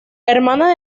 hermana